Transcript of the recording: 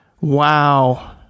Wow